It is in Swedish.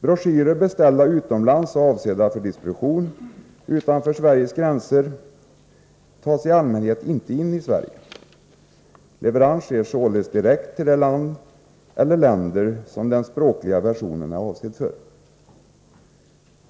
Broschyrer beställda utomlands och avsedda för distribution utanför Sveriges gränser tas i allmänhet inte in i Sverige. Leverans sker således direkt till det land eller de länder som den språkliga versionen är avsedd för.